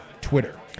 Twitter